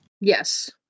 Yes